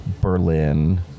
berlin